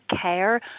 care